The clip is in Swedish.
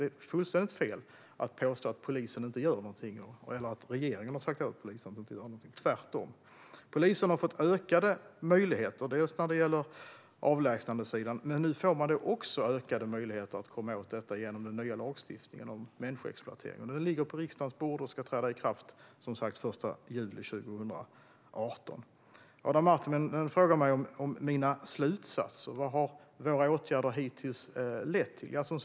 Det är alltså fullständigt fel att påstå att polisen inte gör någonting eller att regeringen har sagt åt polisen att inte göra någonting. Det är tvärtom! Polisen har fått ökade möjligheter när det gäller avlägsnanden. Nu får man också ökade möjligheter att komma åt detta genom den nya lagstiftningen om människoexploatering. Det förslaget ligger på riksdagens bord och ska som sagt träda i kraft den 1 juli 2018. Adam Marttinen frågar mig om mina slutsatser om vad våra åtgärder har lett till hittills.